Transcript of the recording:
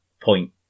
point